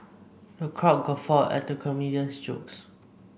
the crowd guffawed at the comedian's jokes